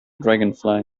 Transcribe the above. dragonfly